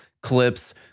clips